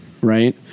right